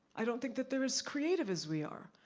i don't think that they're as creative as we are.